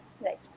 Right